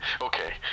Okay